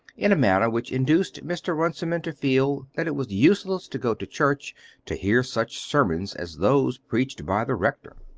in a manner which induced mr. runciman to feel that it was useless to go to church to hear such sermons as those preached by the rector.